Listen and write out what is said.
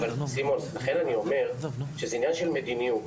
סימון, לכן אני אומר שזה עניין של מדיניות.